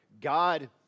God